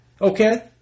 Okay